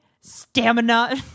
stamina